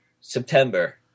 September